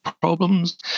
problems